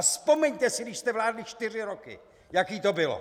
A vzpomeňte si, když jste vládli čtyři roky, jaké to bylo.